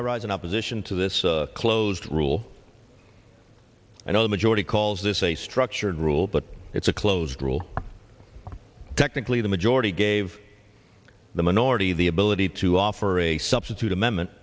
i rise in opposition to this closed rule and all the majority calls this a structured rule but it's a closed rule technically the majority gave the minority the ability to offer a substitute amendment